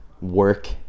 work